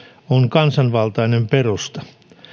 on kansanvaltainen perusta